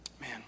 Man